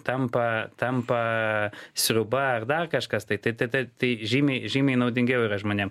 tampa tampa sriuba ar dar kažkas tai tai tai žymiai žymiai naudingiau yra žmonėm